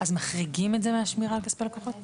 אז מחריגים את זה מהשמירה על כספי הלקוחות?